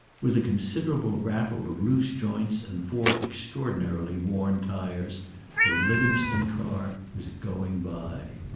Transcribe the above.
with a considerable rattle of loose joints and four extraordinarily worn tires the livingstone car was going by.